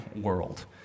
world